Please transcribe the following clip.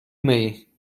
myj